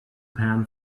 pan